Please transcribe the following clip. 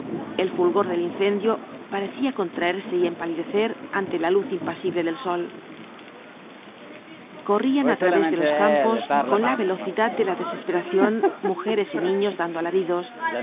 el fulgor del incendio parecía conti'aerse y empalidecer ante la luz impasible del sol corrían á través de los campos con la velocidad de la desesperación mujeres y niños dando alaridos